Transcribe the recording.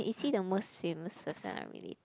is he the most famous person I relate to